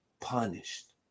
punished